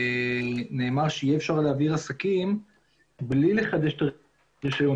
נאמר שיהיה אפשר להעביר עסקים בלי לחדש את הרישיון,